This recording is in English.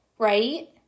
right